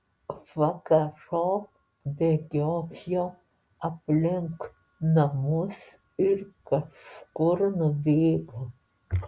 vakarop bėgiojo aplink namus ir kažkur nubėgo